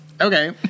okay